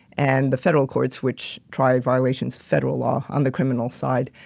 and the federal courts. which try violations federal law on the criminal side,